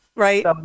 Right